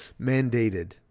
mandated